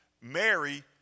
Mary